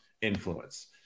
influence